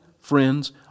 friends